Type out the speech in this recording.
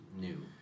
new